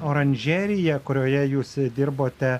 oranžerija kurioje jūs dirbote